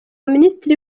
minisitiri